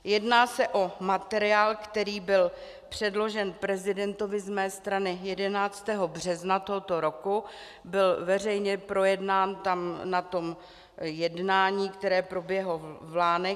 Jedná se o materiál, který byl předložen prezidentovi z mé strany 11. března tohoto roku, byl veřejně projednán tam na tom jednání, které proběhlo v Lánech.